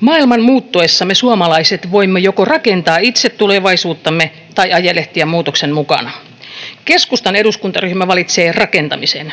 Maailman muuttuessa me suomalaiset voimme joko rakentaa itse tulevaisuuttamme tai ajelehtia muutoksen mukana. Keskustan eduskuntaryhmä valitsee rakentamisen.